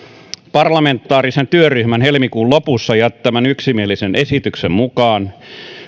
parlamentaarisen työryhmän helmikuun lopussa jättämän yksimielisen esityksen mukaan